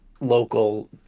local